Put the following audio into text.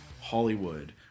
Hollywood